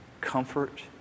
comfort